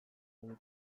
egitea